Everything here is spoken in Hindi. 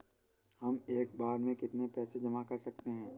हम एक बार में कितनी पैसे जमा कर सकते हैं?